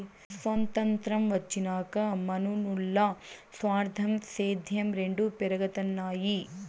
సొతంత్రం వచ్చినాక మనునుల్ల స్వార్థం, సేద్యం రెండు పెరగతన్నాయి